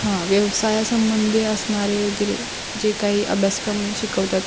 हा व्यवसायासंबंधी असणारे वगैरे जे काही अभ्यासक्रम शिकवतात